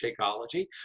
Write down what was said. Shakeology